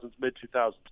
mid-2000s